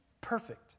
perfect